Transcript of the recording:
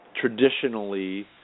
traditionally